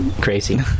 crazy